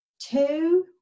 two